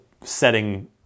setting